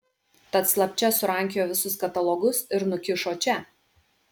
tad slapčia surankiojo visus katalogus ir nukišo čia